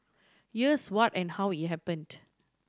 here's what and how it happened